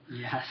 Yes